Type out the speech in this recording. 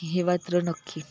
हे मात्र नक्की